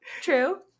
True